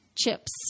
Chips